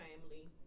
family